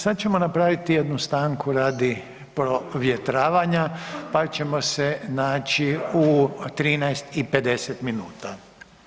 Sada ćemo napraviti jednu stanku radi provjetravanja, pa ćemo se naći u 13 i 50 minuta.